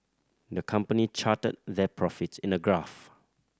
the company charted their profits in a graph